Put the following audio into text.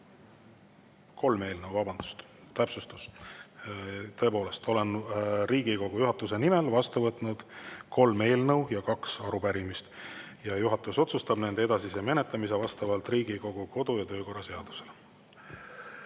Kolm eelnõu, vabandust! Täpsustus: tõepoolest, olen Riigikogu juhatuse nimel vastu võtnud kolm eelnõu ja kaks arupärimist. Juhatus otsustab nende edasise menetlemise vastavalt Riigikogu kodu‑ ja töökorra seadusele. Nii.